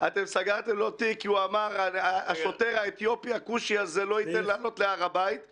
כי מישהו יתרגם הסתה כזאת או אחרת גם לפעולה פיזית אלימה.